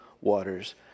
waters